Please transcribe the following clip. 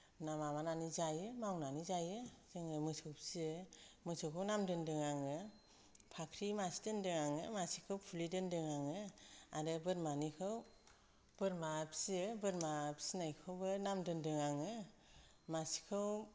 ना माबानानै जायो मावनानै जायो जोङो मोसौ फिसियो मोसौखौ नाम दोनदों आङो फाख्रि मासे दोनदों आङो मासेखौ फुलि दोनदों आङो आरो बोरमानिखौ बोरमा फिसियो बोरमा फिसिनायखौबौ नाम दोनदों आङो मासेखौ